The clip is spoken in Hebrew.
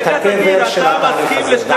אתן דוגמה קטנה מהתוכנית שדיברה על הקמת